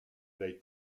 dai